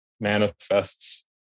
manifests